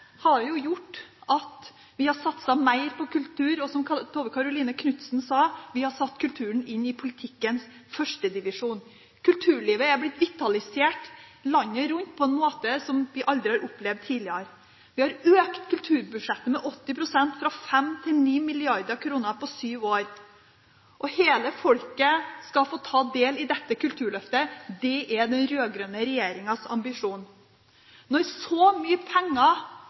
som Tove Karoline Knutsen sa, har vi satt kulturen inn i politikkens førstedivisjon. Kulturlivet er blitt vitalisert landet rundt på en måte som vi aldri har opplevd tidligere. Vi har økt kulturbudsjettet med 80 pst., fra 5mrd. kr til 9 mrd. kr, på syv år. Hele folket skal få ta del i dette kulturløftet. Det er den rød-grønne regjeringens ambisjon. Når så mye